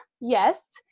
yes